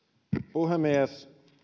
puhemies